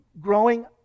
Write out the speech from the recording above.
growing